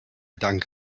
dank